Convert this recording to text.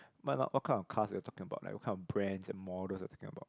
what kind of cars you are talking about like what kind of brands and models are you talking about